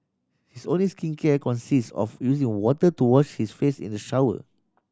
his only skincare consists of using water to wash his face in the shower